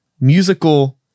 musical